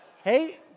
Hey